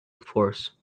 force